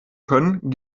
können